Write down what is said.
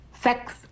sex